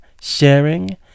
sharing